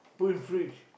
put in fridge